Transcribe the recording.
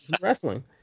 wrestling